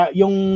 yung